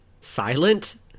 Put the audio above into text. silent